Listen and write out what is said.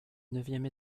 neuvième